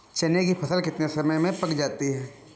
चने की फसल कितने समय में पक जाती है?